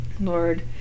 Lord